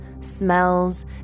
smells